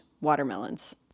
watermelons